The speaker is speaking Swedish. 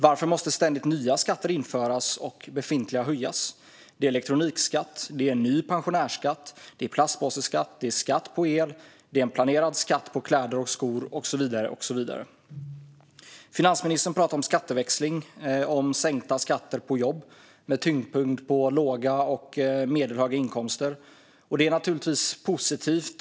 Varför måste ständigt nya skatter införas och befintliga skatter höjas? Det rör sig om elektronikskatt, en ny pensionärsskatt, plastpåseskatt, skatt på el, en planerad skatt på kläder och skor och så vidare. Finansministern pratar om skatteväxling och om sänkta skatter på jobb med tyngdpunkt på låga och medelhöga inkomster. Detta är naturligtvis positivt.